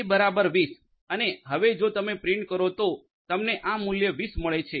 એ બરાબર 20 અને હવે જો તમે પ્રિન્ટ કરો તો તમને આ મૂલ્ય 20 મળે છે